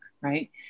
right